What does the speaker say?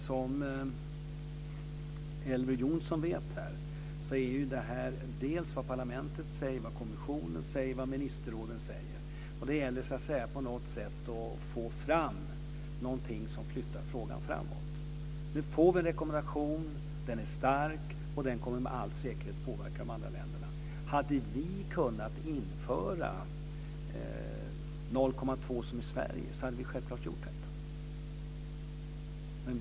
Som Elver Jonsson vet finns det flera institutioner - parlamentet, kommissionen, ministerrådet. Det gäller att flytta frågan framåt. Nu får vi en rekommendation som är stark. Den kommer med all säkerhet att påverka de andra länderna. Om vi hade kunnat införa gränsvärdet 0,2 promille, som i Sverige, hade vi självklart gjort det.